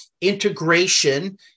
integration